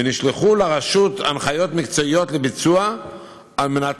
ונשלחו לרשות הנחיות מקצועיות לביצוע על מנת